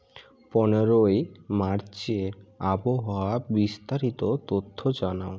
পনেরোই মার্চের আবহাওয়া বিস্তারিত তথ্য জানাও